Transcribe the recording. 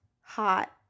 hot